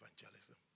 evangelism